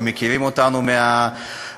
ומכירים אותנו מהרחובות,